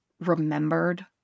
remembered